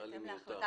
נראה לי מיותר.